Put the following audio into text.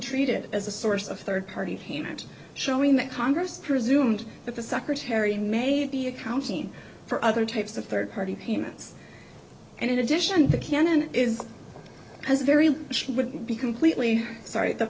treated as a source of third party payment showing that congress presumed that the secretary made the accounting for other types of third party payments and in addition the canon is very she would be completely sorry the